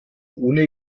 ohne